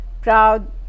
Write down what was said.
proud